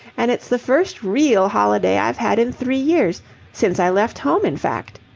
and it's the first real holiday i've had in three years since i left home, in fact.